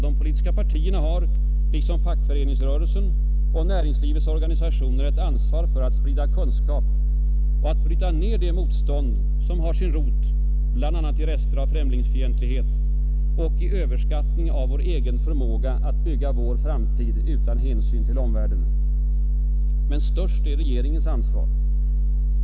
De politiska partierna har, liksom fackföreningsrörelsen och näringslivets organisationer, ett ansvar för att sprida kunskap och att bryta ner det motstånd som har sin rot bl.a. i rester av främlingsfientlighet och i överskattning av vår egen förmåga att bygga vår framtid utan hänsyn till omvärlden. Men störst är regeringens ansvar.